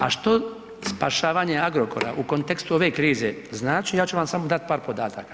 A što spašavanje Agrokora u kontekstu ove krize znači, ja ću vam samo dati par podataka.